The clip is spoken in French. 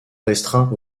restreint